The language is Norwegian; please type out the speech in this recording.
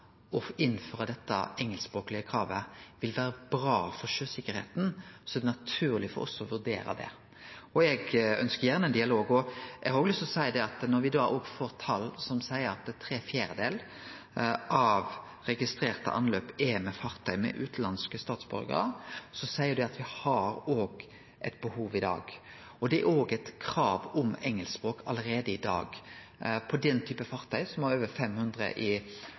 kravet vil vere bra for sjøsikkerheita, er det naturleg for oss å vurdere det. Eg ønskjer gjerne dialog. Eg har også lyst til å seie at når me får tal som seier at tre fjerdedelar av registrerte anløp er fartøy med utanlandske statsborgarar, har me eit behov i dag. Det er allereie i dag eit krav om engelsk språk. På fartøy i nasjonal fart over 500 bruttotonn vil det allereie i dag vere eit krav om engelsk språk, og det er ingen fartøy som ikkje har